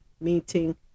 meeting